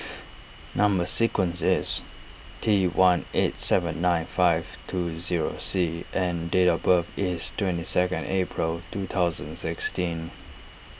Number Sequence is T one eight seven nine five two zero C and date of birth is twenty second April two thousand sixteen